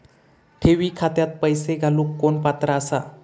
ठेवी खात्यात पैसे घालूक कोण पात्र आसा?